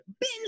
Binge